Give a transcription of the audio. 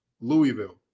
Louisville